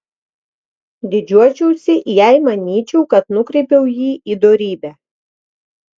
didžiuočiausi jei manyčiau kad nukreipiau jį į dorybę